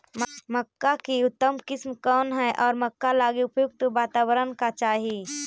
मक्का की उतम किस्म कौन है और मक्का लागि उपयुक्त बाताबरण का चाही?